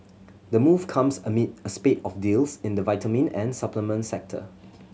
the move comes amid a spate of deals in the vitamin and supplement sector